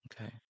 okay